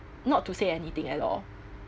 not to say anything at all